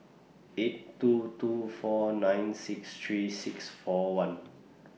eight two two four nine six three six four one